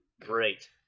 Great